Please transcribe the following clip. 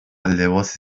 لباس